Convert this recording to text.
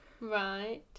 Right